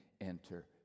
enter